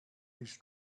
his